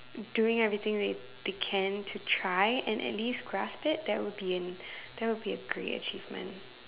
doing everything they they can to try and at least grasp it that would be an that would be a great achievement